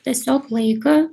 tiesiog laiką